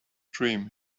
dream